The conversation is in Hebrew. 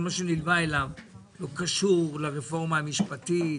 מה שנלווה אליו הוא קשור לרפורמה המשפטית.